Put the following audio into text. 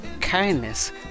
kindness